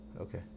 Okay